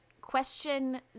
question